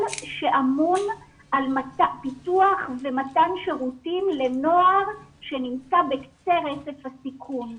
שאמון על פיתוח ומתן שירותים לנוער שנמצא בקצה רצף הסיכון,